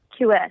qs